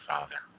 Father